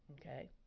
okay